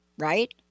Right